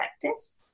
practice